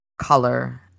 color